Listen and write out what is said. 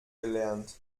gelernt